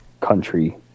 country